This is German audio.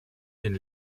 den